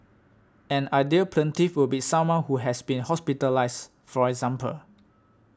an ideal plaintiff would be someone who has been hospitalised for example